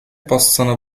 possono